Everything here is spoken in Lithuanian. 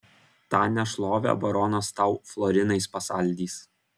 tą nešlovę baronas tau florinais pasaldys